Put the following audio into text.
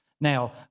Now